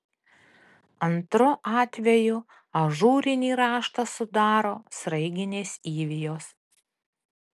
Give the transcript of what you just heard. antru atvejų ažūrinį raštą sudaro sraiginės įvijos